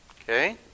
Okay